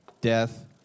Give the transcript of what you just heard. death